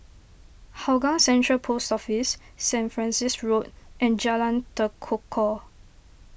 Hougang Central Post Office Saint Francis Road and Jalan Tekukor